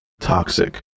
toxic